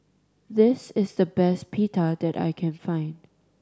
this is the best Pita that I can find